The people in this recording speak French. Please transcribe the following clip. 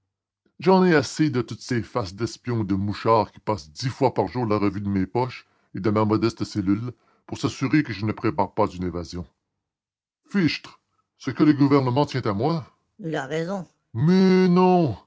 j'en ai assez de toutes ces faces d'espions et de mouchards qui passent dix fois par jour la revue de mes poches et de ma modeste cellule pour s'assurer que je ne prépare pas une évasion fichtre ce que le gouvernement tient à moi il a raison mais non